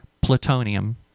plutonium